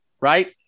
right